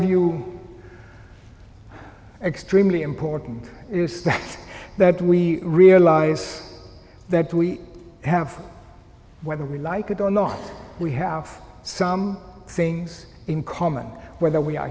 view extremely important is that we realize that we have whether we like it or not we have some things in common whether we are